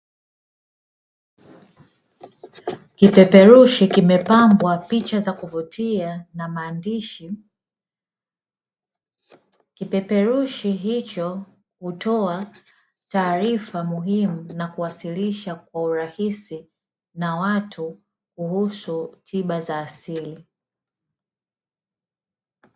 Kipeperushi kimepambwa picha za kuvutia na maandishi, kipeperushi hicho hutoa taarifa muhimu na kuwasilisha kwa urahisi na watu kuhusu tiba za asili.